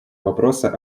вопроса